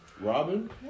Robin